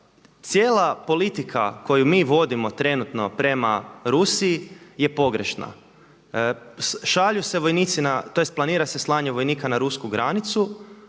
cijela politika koju mi vodimo trenutno prema Rusiji je pogrešna. Šalju se vojnici tj. planira se slanje vojnika na rusku granicu